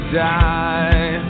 die